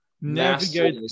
navigate